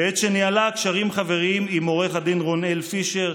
בעת שניהלה קשרים חבריים עם עו"ד רונאל פישר,